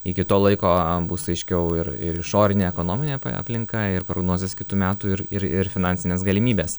iki to laiko bus aiškiau ir ir išorinė ekonominė aplinka ir prognozės kitų metų ir ir ir finansinės galimybės